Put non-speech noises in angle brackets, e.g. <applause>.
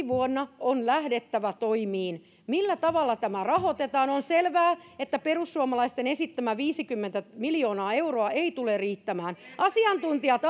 <unintelligible> vuonna on lähdettävä toimiin millä tavalla tämä rahoitetaan on selvää että perussuomalaisten esittämä viisikymmentä miljoonaa euroa ei tule riittämään asiantuntijat <unintelligible>